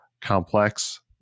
complex